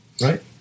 right